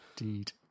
Indeed